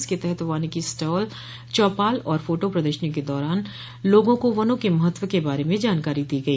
इसके तहत वानिकी स्टॉल चौपाल और फोटो प्रदर्शनी के द्वारा लोगों को वनों के महत्व के बारे में जानकारी दी गई